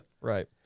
Right